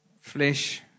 Flesh